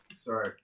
Sorry